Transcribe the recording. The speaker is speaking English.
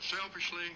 selfishly